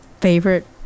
favorite